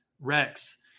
Rex